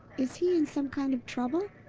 is he in some kind of trouble?